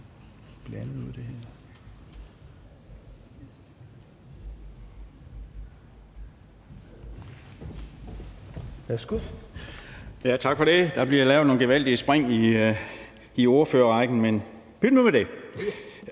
Tak for det. Ja, der bliver lavet nogle gevaldige spring i ordførerrækken, men pyt nu med det.